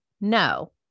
No